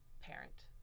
parent